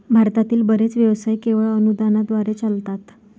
भारतातील बरेच व्यवसाय केवळ अनुदानाद्वारे चालतात